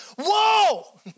whoa